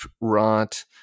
rot